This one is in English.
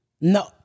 No